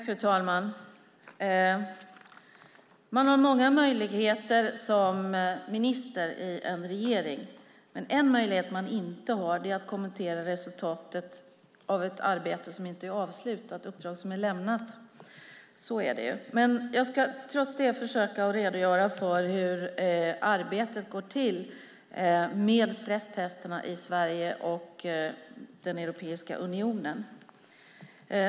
Fru talman! Man har många möjligheter som minister i en regering, men en möjlighet man inte har är att kommentera resultatet av ett arbete som inte är avslutat med ett uppdrag som är lämnat. Trots det ska jag försöka redogöra för hur arbetet med stresstesterna går till i Sverige och Europeiska unionen.